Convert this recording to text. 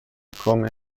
come